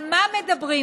על מה מדברים?